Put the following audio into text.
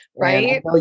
right